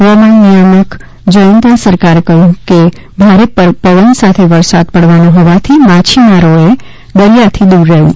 હવામાન નિયામક જયંત સરકારે કહ્યુ છે કે ભારે પવન સાથે વરસાદ પડવાનો હોવાથી માછીમારોએ દરિયાથી દૂર રહેવું